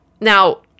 Now